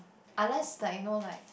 unless like you know like